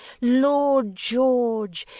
lord george!